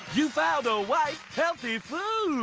you found a white healthy food.